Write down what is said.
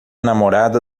namorada